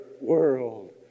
world